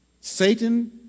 Satan